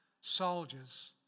soldiers